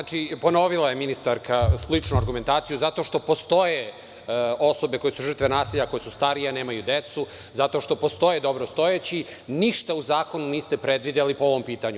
Znači, ponovila je ministarka sličnu argumentaciju, zato što postoje osobe koje su žrtve nasilja, a koje su starije, nemaju decu, zato što postoje dobrostojeći ništa u zakonu niste predvideli po ovom pitanju.